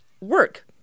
Work